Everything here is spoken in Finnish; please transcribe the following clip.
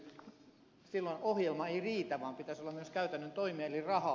silloin ohjelma ei riitä vaan pitäisi olla myös käytännön toimia eli rahaa